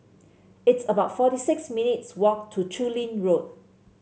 it's about forty six minutes' walk to Chu Lin Road